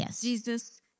Jesus